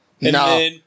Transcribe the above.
No